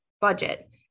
budget